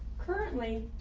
currently,